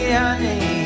honey